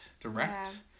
direct